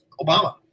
Obama